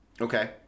okay